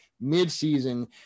mid-season